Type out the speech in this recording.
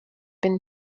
been